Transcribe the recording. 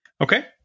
okay